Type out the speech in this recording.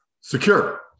Secure